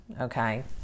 okay